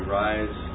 rise